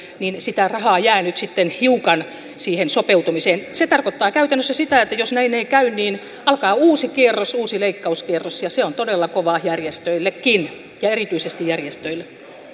niin sitä rahaa jää nyt sitten hiukan siihen sopeutumiseen se tarkoittaa käytännössä sitä että jos näin ei käy alkaa uusi kierros uusi leikkauskierros ja se on todella kova järjestöillekin ja erityisesti järjestöille